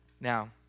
Now